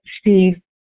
Steve